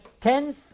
tenth